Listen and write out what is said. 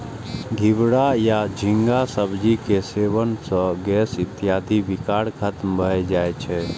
घिवरा या झींगाक सब्जी के सेवन सं गैस इत्यादिक विकार खत्म भए जाए छै